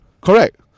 Correct